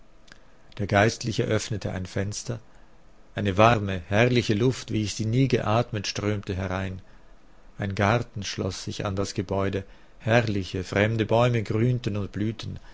der geistliche öffnete ein fenster eine warme herrliche luft wie ich sie nie geatmet strömte herein ein garten schloß sich an das gebäude herrliche fremde bäume grünten und blühten